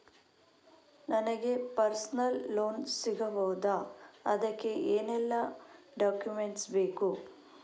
ನನಗೆ personal loan ಸಿಗಬಹುದ ಅದಕ್ಕೆ ಏನೆಲ್ಲ ಡಾಕ್ಯುಮೆಂಟ್ ಬೇಕು?